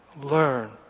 learn